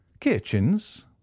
kitchens